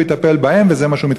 הוא יטפל בהם,